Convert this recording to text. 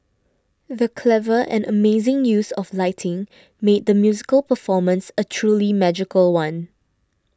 the clever and amazing use of lighting made the musical performance a truly magical one